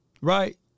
Right